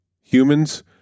humans